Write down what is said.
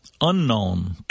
unknown